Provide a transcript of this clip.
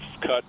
cut